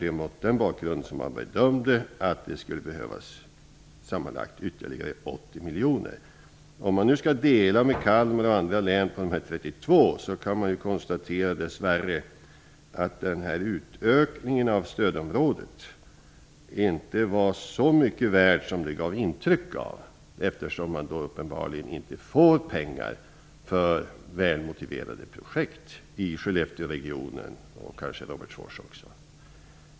Mot denna bakgrund bedömde man att det sammanlagt skulle behövas ytterligare 80 miljoner kronor. Om Västerbottens län nu skall dela dessa 32 miljoner kronor med Kalmar län och andra län, kan man dess värre konstatera att utökningen av stödområdet inte var så mycket värd som det gav intryck av, eftersom det uppenbarligen inte ges pengar till välmotiverade projekt i Skellefteåregionen och kanske Robertsfors.